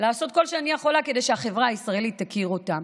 לעשות כל מה שאני יכולה כדי שהחברה הישראלית תכיר אותם,